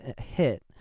hit